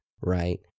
right